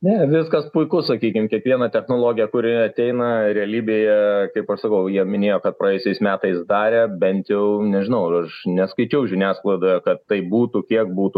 ne viskas puiku sakykim kiekviena technologija kuri ateina realybėje kaip aš sakau jie minėjo kad praėjusiais metais darė bent jau nežinau aš ne skaičiau žiniasklaidoje kad tai būtų kiek būtų